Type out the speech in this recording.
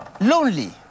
lonely